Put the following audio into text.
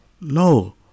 No